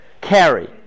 Carry